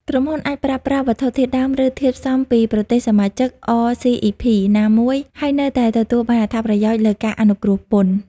ក្រុមហ៊ុនអាចប្រើប្រាស់វត្ថុធាតុដើម ឬធាតុផ្សំពីប្រទេសសមាជិក អ សុី អុី ភី (RCEP)ណាមួយ ហើយនៅតែទទួលបានអត្ថប្រយោជន៍លើការអនុគ្រោះពន្ធ។